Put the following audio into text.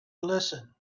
listen